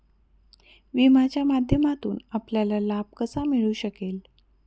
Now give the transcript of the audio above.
विम्याच्या माध्यमातून आपल्याला लाभ कसा मिळू शकेल?